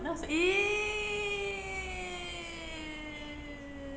!eww!